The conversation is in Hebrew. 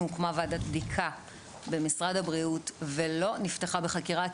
הוקמה ועדת בדיקה במשרד הבריאות ולא נפתחה בחקירה,